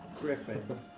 Griffin